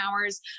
hours